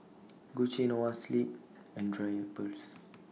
Gucci Noa Sleep and Drypers